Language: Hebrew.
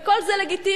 וכל זה לגיטימי,